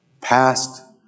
Past